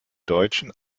deutschen